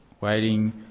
waiting